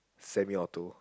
semi auto